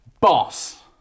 Boss